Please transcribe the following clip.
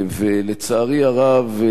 לצערי הרב,